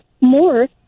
more